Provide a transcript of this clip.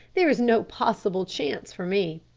there is no possible chance for me.